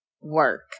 work